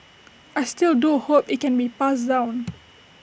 I still do hope IT can be passed down